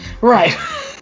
Right